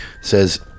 Says